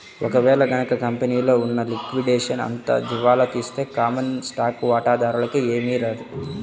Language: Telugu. ఒక వేళ గనక కంపెనీలో ఉన్న లిక్విడేషన్ అంతా దివాలా తీస్తే కామన్ స్టాక్ వాటాదారులకి ఏమీ రాదు